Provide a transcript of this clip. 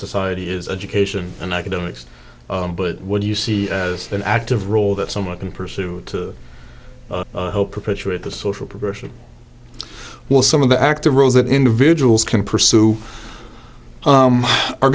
society is education and academics but what do you see as the an active role that someone can pursue to help perpetuate the social perversion well some of the active roles that individuals can pursue